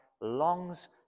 longs